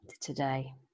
today